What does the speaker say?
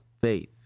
faith